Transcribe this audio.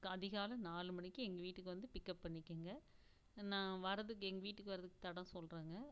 அதிகாலை நாலு மணிக்கு எங்கள் வீட்டுக்கு வந்து பிக்கப் பண்ணிக்கங்க நான் வர்றதுக்கு எங்கள் வீட்டுக்கு வர்றதுக்கு தடம் சொல்கிறேங்க